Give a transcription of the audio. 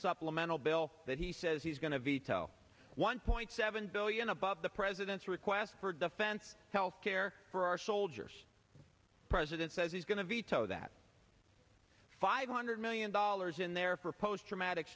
supplemental bill that he says he's going to veto one point seven billion above the president's request for defense health care for our soldiers president says he's going to veto that five hundred million dollars in there for post traumatic